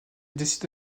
décide